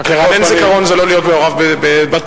רק שלרענן זיכרון זה לא להיות מעורב בתוכן,